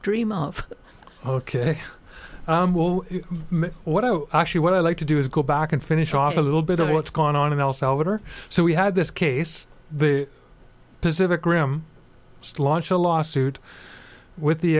dream of ok what i actually what i'd like to do is go back and finish off a little bit of what's going on in el salvador so we had this case the pacific rim launch a lawsuit with the